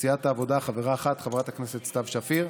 מסיעת העבודה, חברה אחת, חברת הכנסת סתיו שפיר,